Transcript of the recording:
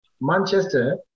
Manchester